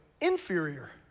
Inferior